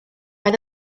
oedd